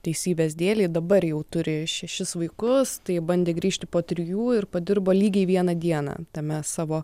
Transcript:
teisybės dėlei dabar jau turi šešis vaikus tai bandė grįžti po trijų ir padirbo lygiai vieną dieną tame savo